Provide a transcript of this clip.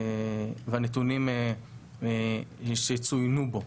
והנתונים שצויינו בו.